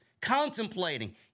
contemplating